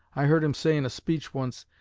i heard him say in a speech once,